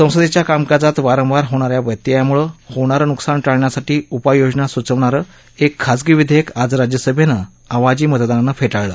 संसदेच्या कामकाजात वारंवार होणा या व्यत्ययामुळे होणारं नुकसान टाळण्यासाठी उपाय योजना सुचवणारं एक खाजगी विधेयक आज राज्यसभेनं आवाजी मतदानानं फेटाळलं